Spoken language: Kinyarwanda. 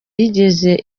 yigeze